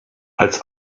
als